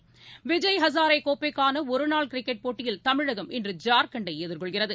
cricket ஹசாரேகோப்பைக்கானஒருநாள் விஜய் போட்டியில் தமிழகம் இன்று ஜார்க்கண்டைஎதிர்கொள்கிறது